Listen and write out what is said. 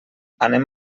anem